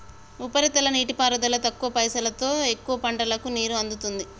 ఉపరితల నీటిపారుదల తక్కువ పైసలోతో ఎక్కువ పంటలకు నీరు అందుతుంది